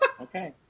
okay